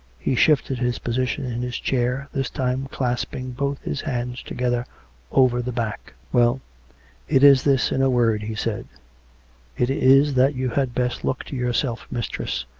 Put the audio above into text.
he shifted his position in his chair, this time clasping both his hands together over the back. well it is this in a word, he said it is that you had best look to yourself, mistress.